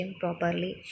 properly